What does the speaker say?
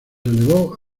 elevó